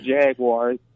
Jaguars